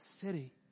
city